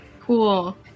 Cool